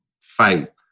fight